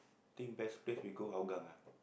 think best place we go Hougang ah